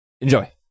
enjoy